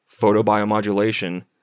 photobiomodulation